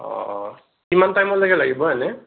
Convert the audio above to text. অ' কিমান টাইমলৈকে লাগিব এনে